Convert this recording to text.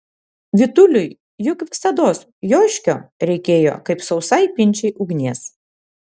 vytuliui juk visados joškio reikėjo kaip sausai pinčiai ugnies